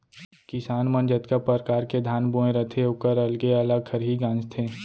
किसान मन जतका परकार के धान बोए रथें ओकर अलगे अलग खरही गॉंजथें